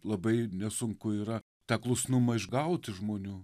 labai nesunku yra tą klusnumą išgaut iš žmonių